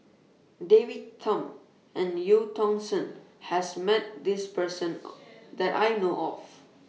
David Tham and EU Tong Sen has Met This Person that I know of